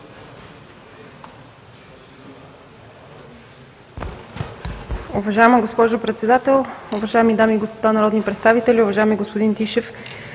Уважаема госпожо Председател, дами и господа народни представители, уважаеми господин Тишев!